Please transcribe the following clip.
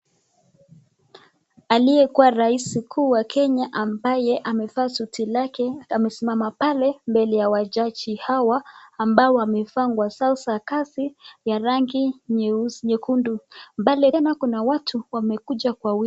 Aliyekuwa rais kuu wa kenya ambaye amevaa suti lake amesimama pale mbele ya wajaji hawa ambao wamevaa nguo zao za kazi ya rangi nyekundu. Pale tena kuna watu wamekuja kwa wingi.